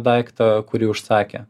daiktą kurį užsakė